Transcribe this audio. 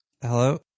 Hello